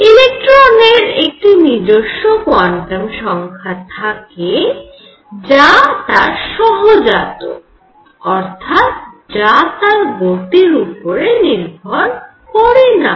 ইলেকট্রনের একটি নিজস্ব কোয়ান্টাম সংখ্যা থাকে যা তার সহজাত অর্থাৎ যা তার গতির উপরে নির্ভর করেনা